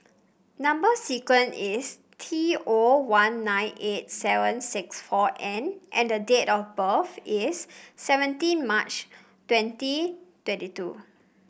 number sequence is T O one nine eight seven six four N and the date of birth is seventeen March twenty twenty two